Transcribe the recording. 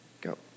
Go